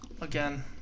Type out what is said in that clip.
Again